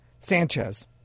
Sanchez